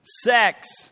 sex